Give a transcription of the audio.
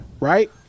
right